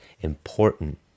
important